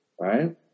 right